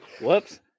Whoops